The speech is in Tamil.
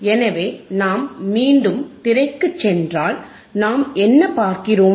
எனவே நாம் மீண்டும் திரைக்குச் சென்றால் நாம் என்ன பார்க்கிறோம்